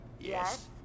Yes